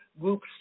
groups